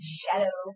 shadow